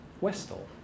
Westall